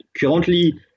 currently